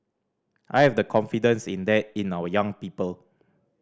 I have the confidence in that in our young people